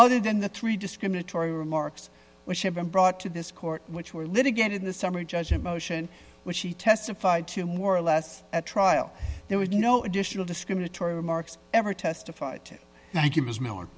other than the three discriminatory remarks which have been brought to this court which were litigated in the summary judgment motion which she testified to more or less at trial there was no additional discriminatory remarks ever testified to thank you ms miller